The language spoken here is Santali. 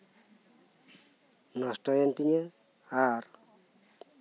ᱱᱚᱥᱴᱚᱭᱮᱱ ᱛᱤᱧᱟᱹ ᱟᱨ